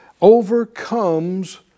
overcomes